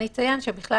אני אציין שבכלל,